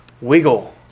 wiggle